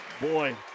Boy